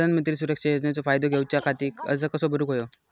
प्रधानमंत्री सुरक्षा योजनेचो फायदो घेऊच्या खाती अर्ज कसो भरुक होयो?